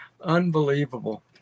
Unbelievable